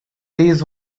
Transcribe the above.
these